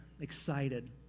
excited